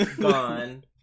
Gone